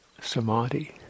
Samadhi